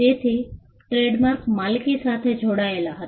તેથી ટ્રેડમાર્ક માલિકી સાથે જોડાયેલા હતા